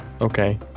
Okay